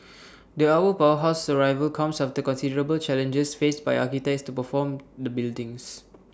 the our powerhouse's arrival comes after considerable challenges faced by architects to perform the buildings